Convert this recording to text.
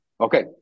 Okay